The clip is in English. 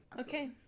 Okay